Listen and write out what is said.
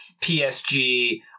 PSG